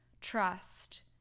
trust